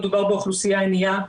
מדובר באוכלוסייה עניה,